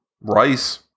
rice